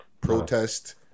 Protest